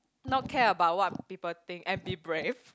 not care about what people think and be brave